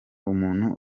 umuntu